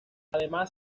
además